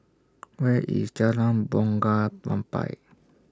Where IS Jalan Bunga Rampai